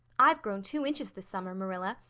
i've grown two inches this summer, marilla.